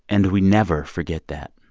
and we never forget that.